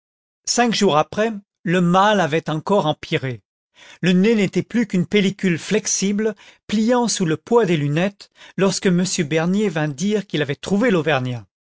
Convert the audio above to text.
cinq jours après le mal avait encore empiré le nez n'était plus qu'une pellicule flexible pliant sous le poids des lunettes lorsque m bernier vint dire qu'il avait trouvé l'auvergnat